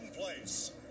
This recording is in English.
place